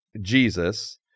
Jesus